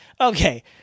Okay